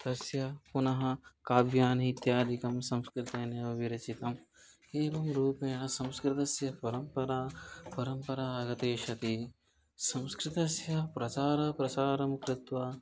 तस्य पुनः काव्यानि इत्यादिकं संस्कृतेनैव विरचितम् एवं रूपेण संस्कृतस्य परम्परा परम्परा आगता सति संस्कृतस्य प्रसारं प्रसारं कृत्वा